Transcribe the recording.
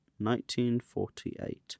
1948